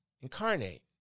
incarnate